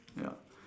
ya